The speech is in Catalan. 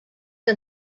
que